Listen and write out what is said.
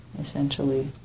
essentially